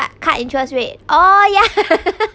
cut interest rate oh yeah